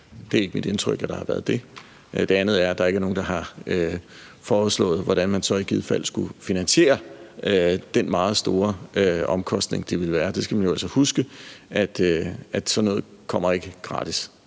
Det er ikke mit indtryk at der har været det. Det andet er, at der ikke er nogen, der har foreslået, hvordan man så i givet fald skulle finansiere den meget store omkostning, det ville være. Man skal jo altså huske, at sådan noget ikke er gratis.